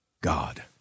God